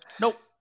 Nope